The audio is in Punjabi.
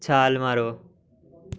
ਛਾਲ ਮਾਰੋ